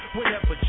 Whenever